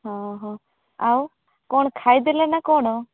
ହଁ ହଁ ଆଉ କ'ଣ ଖାଇଦେଲେ ନା କ'ଣ